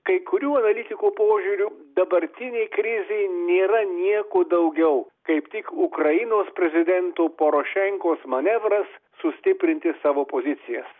kai kurių analitikų požiūriu dabartinėj krizėj nėra nieko daugiau kaip tik ukrainos prezidento porošenkos manevras sustiprinti savo pozicijas